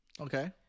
Okay